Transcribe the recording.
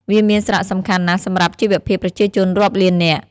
វាមានសារៈសំខាន់ណាស់សម្រាប់ជីវភាពប្រជាជនរាប់លាននាក់។